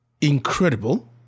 incredible